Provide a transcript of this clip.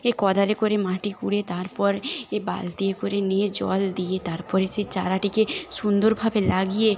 এ কদালে করে মাটি খুঁড়ে তারপর এ বালতি করে নিয়ে জল দিয়ে তারপরে সে চারাটিকে সুন্দরভাবে লাগিয়ে